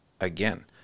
again